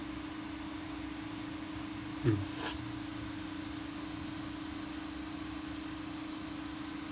mm